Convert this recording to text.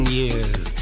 years